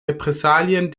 repressalien